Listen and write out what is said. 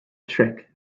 trick